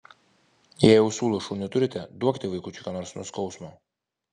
jei ausų lašų neturite duokite vaikučiui ką nors nuo skausmo